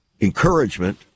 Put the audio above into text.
encouragement